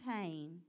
pain